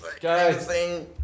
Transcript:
Guys